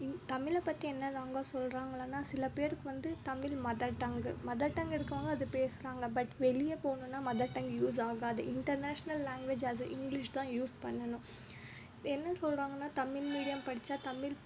தமிழை பற்றி என்ன ராங்காக சொல்றாங்களான்னால் சில பேருக்கு வந்து Tamil mother tongue mother tongue இருக்கிறவங்க அதை பேசுகிறாங்க பட் வெளியே போணும்னால் மதர் டங் யூஸ் ஆகாது international language as a English தான் யூஸ் பண்ணணும் என்ன சொல்றாங்கன்னால் தமிழ் மீடியம் படித்தா தமிழ்